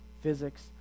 physics